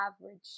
average